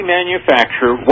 manufacture